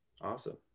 Awesome